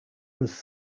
was